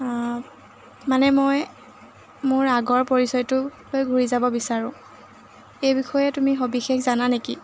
অঁ মানে মই মোৰ আগৰ পৰিচয়টোলৈ ঘূৰি যাব বিচাৰোঁ এই বিষয়ে তুমি সবিশেষ জানা নেকি